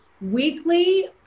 weekly